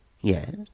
Yes